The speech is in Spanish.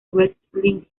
wrestling